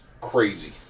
crazy